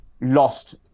lost